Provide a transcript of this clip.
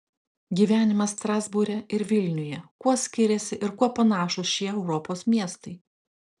gyvenimas strasbūre ir vilniuje kuo skiriasi ir kuo panašūs šie europos miestai